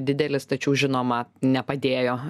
didelis tačiau žinoma nepadėjo